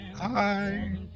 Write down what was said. Hi